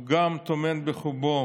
הוא גם טומן בחובו